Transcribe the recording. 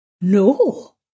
No